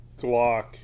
Glock